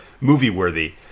movie-worthy